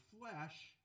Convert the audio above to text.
flesh